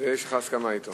ויש לך הסכמה אתו.